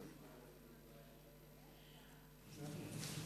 אני ואתה.